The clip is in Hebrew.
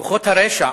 כוחות הרשע